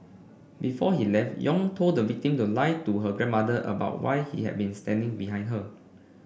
before he left Yong told the victim to lie to her grandmother about why he had been standing behind her